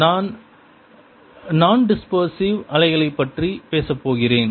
நான் நன்டிஸ்பெர்சிவ் அலைகளைப் பற்றி பேசப் போகிறேன்